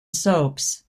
soaps